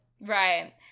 Right